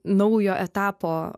naujo etapo